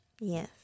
Yes